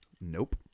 Nope